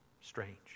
Strange